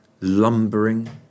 lumbering